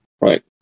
Right